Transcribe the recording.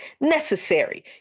necessary